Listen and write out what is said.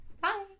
Bye